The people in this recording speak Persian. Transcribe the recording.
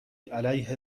علیه